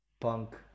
Punk